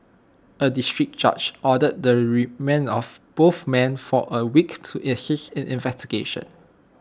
A District Judge ordered the remand of both men for A week to assist in investigations